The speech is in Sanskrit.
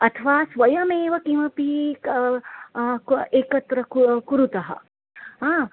अथवा स्वयमेव किमपि किं किम् एकत्र किं कुरुतः आ